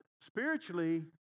spiritually